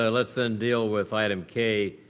ah let's then deal with item k,